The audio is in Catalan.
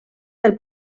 del